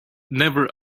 never